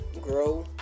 grow